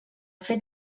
fet